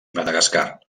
madagascar